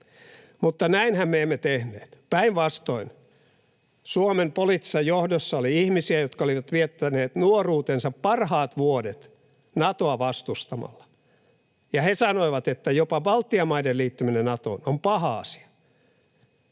Mutta näinhän me emme tehneet. Päinvastoin Suomen poliittisessa johdossa oli ihmisiä, jotka olivat viettäneet nuoruutensa parhaat vuodet Natoa vastustamalla, ja he sanoivat, että jopa Baltian maiden liittyminen Natoon on paha asia.